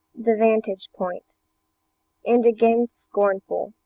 the vantage point and again scornful,